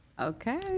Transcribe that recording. Okay